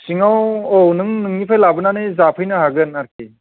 सिङाव औ नों नोंनिफ्राय लाबोनानै जाफैनो हागोन आरोोखि